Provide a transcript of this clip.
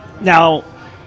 Now –